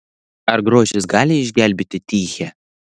ar grožis gali išgelbėti tichę